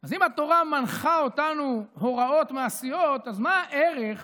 אז אם התורה מנחה אותנו הוראות מעשיות, אז מה הערך